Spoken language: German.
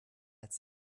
als